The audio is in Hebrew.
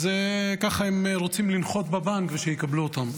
אז הם רוצים לנחות בבנק ושיקבלו אותם.